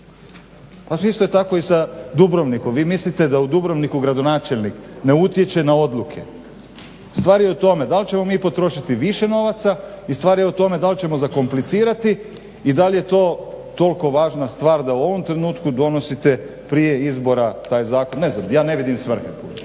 Pa svi ste tako i sa Dubrovnikom, vi mislite da u Dubrovniku gradonačelnik ne utječe na odluke. Stvar je u tome dal ćemo mi potrošiti više novaca i stvar je u tome dal ćemo zakomplicirati i dal je to toliko važna stvar da u ovom trenutku donosite prije izbora taj zakon. Ja ne vidim svrhe.